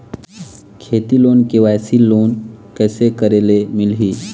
खेती loan KYC loan कइसे करे ले मिलही?